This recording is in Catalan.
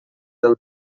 del